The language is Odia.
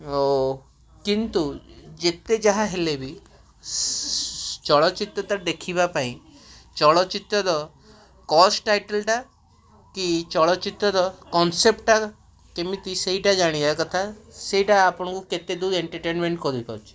ଓ କିନ୍ତୁ ଯେତେ ଯାହାହେଲେ ବି ଚଳଚ୍ଚିତ୍ର ଦେଖିବାପାଇଁ ଚଳଚ୍ଚିତ୍ରର କଷ୍ଟଟାଇଟେଲଟା କି ଚଳଚ୍ଚିତ୍ରର କନସେପ୍ଟଟା କେମିତି ସେଇଟା ଜାଣିବାକଥା ସେଇଟା ଆପଣଙ୍କୁ କେତେଦୂର ଏଣ୍ଟରଟେନମେଣ୍ଟ କରିପାରୁଛି